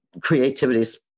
creativity